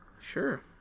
Sure